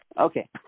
Okay